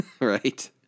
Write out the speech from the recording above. right